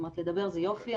לדבר זה יופי,